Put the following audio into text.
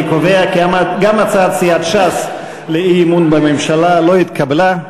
אני קובע כי גם הצעת סיעת ש"ס לאי-אמון בממשלה לא התקבלה.